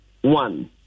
one